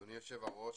אדוני היושב ראש,